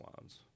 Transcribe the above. lines